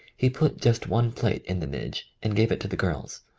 he put just one plate in the midg and gave it to the girls.